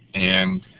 and